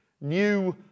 New